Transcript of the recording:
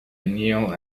kneel